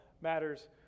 matters